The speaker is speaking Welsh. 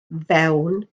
fewn